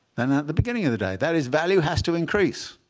than at the beginning of the day. that is, value has to increase.